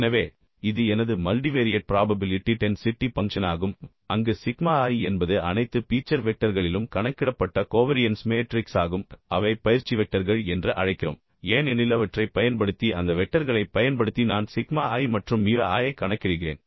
எனவே இது எனது மல்டிவேரியேட் ப்ராபபிலிட்டி டென்சிட்டி பங்க்ஷன் ஆகும் அங்கு சிக்மா i என்பது அனைத்து பீச்சர் வெக்டர்களிலும் கணக்கிடப்பட்ட கோவரியன்ஸ் மேட்ரிக்ஸ் ஆகும் அவை பயிற்சி வெக்டர்கள் என்று அழைக்கிறோம் ஏனெனில் அவற்றைப் பயன்படுத்தி அந்த வெக்டர்களைப் பயன்படுத்தி நான் சிக்மா i மற்றும் மியூ i ஐ கணக்கிடுகிறேன்